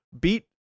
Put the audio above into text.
beat